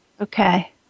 Okay